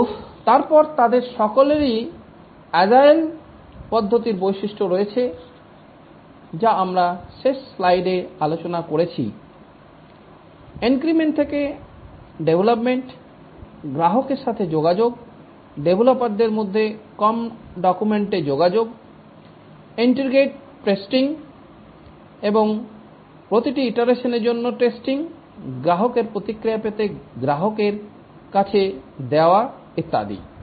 কিন্তু তারপর তাদের সকলেরই আজেইল পদ্ধতির বৈশিষ্ট্য রয়েছে যা আমরা শেষ স্লাইডে আলোচনা করেছি ইনক্রিমেন্ট থেকে ডেভলপমেন্ট গ্রাহকের সাথে যোগাযোগ ডেভেলপারদের মধ্যে কম ডকুমেন্টে যোগাযোগ ইন্টিগ্রেটেড টেস্টিং এবং প্রতিটি ইটারসেনের জন্য টেস্টিং গ্রাহকের প্রতিক্রিয়া পেতে গ্রাহকের কাছে দেওয়া ইত্যাদি